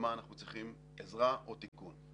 ובמה אנחנו צריכים עזרה או תיקון.